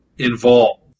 involved